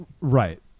right